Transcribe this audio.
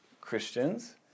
Christians